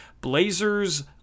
Blazers